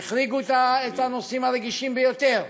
והחריגו את הנושאים הרגישים ביותר,